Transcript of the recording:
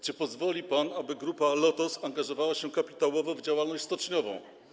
Czy pozwoli pan, aby Grupa Lotos angażowała się kapitałowo w działalność stoczniową?